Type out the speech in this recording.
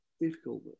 difficult